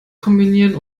kombinieren